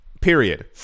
period